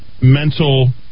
mental